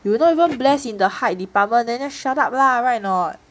you were not even blessed in the height department then just shut up lah [right] or not